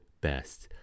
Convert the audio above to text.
best